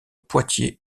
poitiers